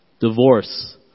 Divorce